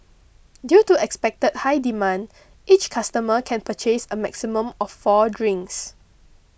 due to expected high demand each customer can purchase a maximum of four drinks